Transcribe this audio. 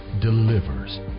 delivers